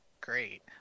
great